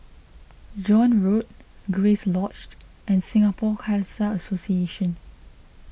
John Road Grace Lodged and Singapore Khalsa Association